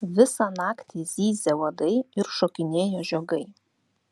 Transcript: visą naktį zyzė uodai ir šokinėjo žiogai